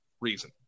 reason